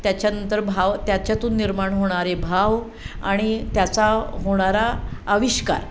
त्याच्यानंतर भाव त्याच्यातून निर्माण होणारे भाव आणि त्याचा होणारा आविष्कार